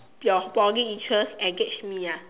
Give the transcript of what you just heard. your Poly interest engage me ah